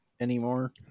anymore